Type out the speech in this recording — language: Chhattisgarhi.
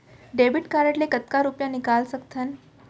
डेबिट कारड ले कतका रुपिया निकाल सकथन?